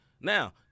Now